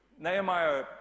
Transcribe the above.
Nehemiah